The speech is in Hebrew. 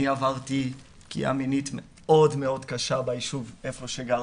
אני עברתי פגיעה מינית מאוד מאוד קשה ביישוב בו גרתי.